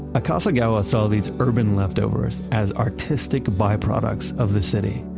akasegawa saw these urban leftovers as artistic byproducts of the city.